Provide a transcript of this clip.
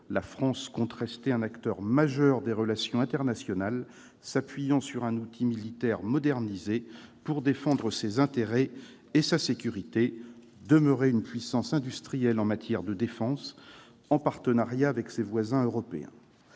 la France compte rester un acteur majeur des relations internationales, en s'appuyant sur un outil militaire modernisé pour défendre ses intérêts et sa sécurité et demeurer une puissance industrielle en matière de défense, en partenariat avec ses voisins européens.